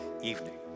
evening